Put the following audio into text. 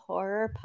Horror